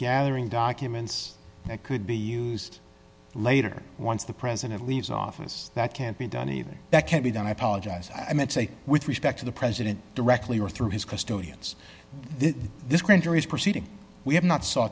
gathering documents that could be used later once the president leaves office that can't be done either that can be done i apologize i meant say with respect to the president directly or through his custodians this grand jury's proceeding we have not s